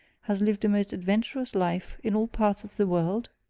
has lived a most adventurous life, in all parts of the world?